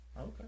Okay